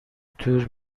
دور